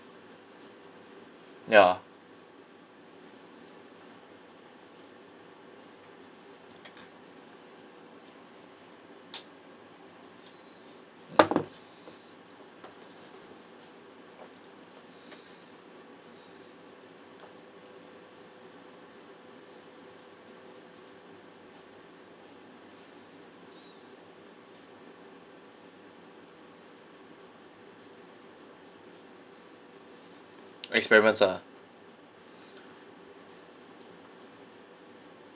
ya experiments ah